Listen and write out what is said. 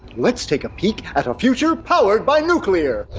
let's take a peek at a future powered by nuclear!